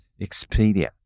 Expedia